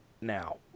now